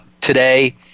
today